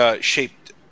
shaped